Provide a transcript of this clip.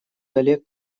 коллег